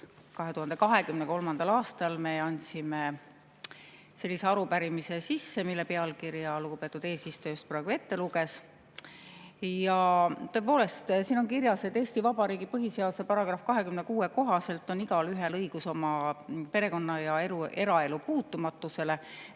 2023. aastal me andsime sisse sellise arupärimise, mille pealkirja lugupeetud eesistuja just praegu ette luges. Ja tõepoolest, siin on kirjas, et Eesti Vabariigi põhiseaduse § 26 kohaselt on igaühel õigus perekonna‑ ja eraelu puutumatusele.